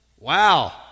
wow